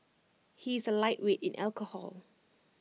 he is A lightweight in alcohol